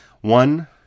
One